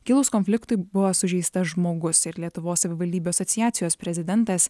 kilus konfliktui buvo sužeistas žmogus ir lietuvos savivaldybių asociacijos prezidentas